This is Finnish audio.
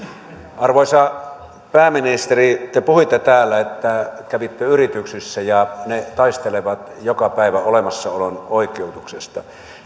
arvoisa pääministeri te puhuitte täällä että kävitte yrityksissä ja ne taistelevat joka päivä olemassaolon oikeutuksesta